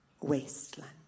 wasteland